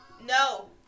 No